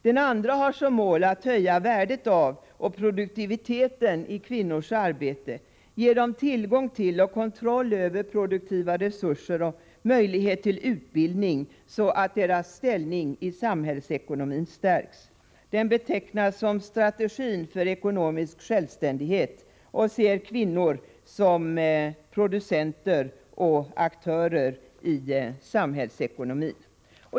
Den andra har som mål att höja värdet av och produktiviteten i kvinnors arbete, ge dem tillgång till och kontroll över produktiva resurser och möjlighet till utbildning, så att deras ställning i samhällsekonomin stärks. Den betecknas som strategin för ekonomisk självständighet och ser kvinnor som producenter och aktörer i samhällsekonomin.